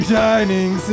Shining